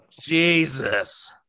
Jesus